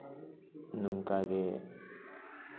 ᱱᱚᱝᱠᱟᱜᱮ